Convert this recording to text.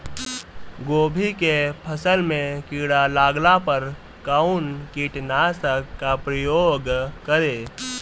गोभी के फसल मे किड़ा लागला पर कउन कीटनाशक का प्रयोग करे?